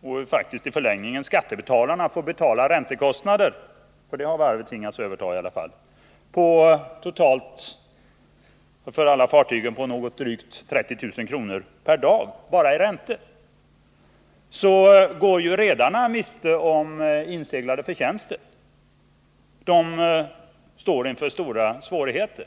och faktiskt i förlängningen skattebetalarna, får betala räntekostnaderna — dem har varvet i alla fall tvingats överta — på totalt drygt 30 000 kr. per dag för alla fartygen, så går redarna miste om inseglade förtjänster. De står inför stora svårigheter.